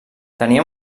tenia